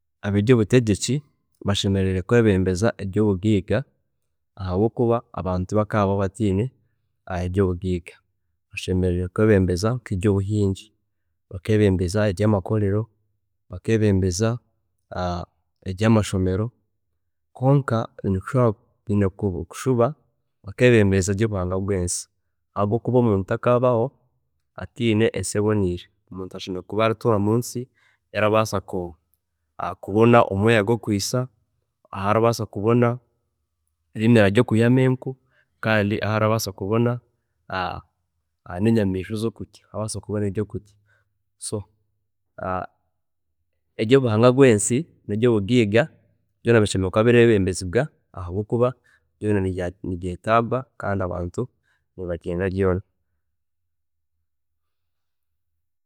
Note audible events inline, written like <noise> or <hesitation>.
﻿Ebyobutegyeki bashemereire kwebembeza ebyobugaiga ahabwokuba abantu tibakaabaho bateine ebyobugaiga, bashemereire kwebembeza nkebyobuhingi, bakebembeza ebyamakorero, bakebembeza <hesitation> nkebyamashomero kwonka biine kushuba bakebembeza ebyobuhangwa bwensi habwokuba omuntu takaabaho ateine ensi eboniire, omuntu ashemereire kuba aratuura munsi eyi arabaasa kubona omwiika gwokwiisa, ahu arabaasa kugubona, ahu areiha ebyokurya nenku kandi ahu arabaasa kubona nenyamiishwa ezokurya abaase kubona ebyokurya, so <hesitation> ebyobuhangwa bwensi nebyobugaiga byona bishemereire kuba birebembezibwa ahabwokuba byoona nibyetagwa kandi abantu nibabyenda byoona